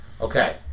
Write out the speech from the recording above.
Okay